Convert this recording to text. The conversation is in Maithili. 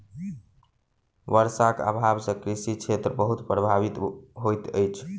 वर्षाक अभाव सॅ कृषि क्षेत्र बहुत प्रभावित होइत अछि